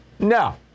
No